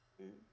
mm